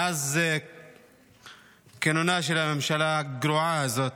מאז כינונה של הממשלה הגרועה הזאת,